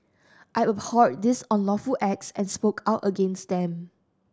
I abhorred these unlawful acts and spoke out against them